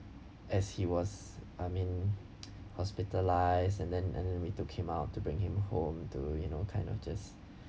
as he was I mean hospitalised and then and then we took him out to bring him home to you know kind of just